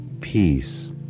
peace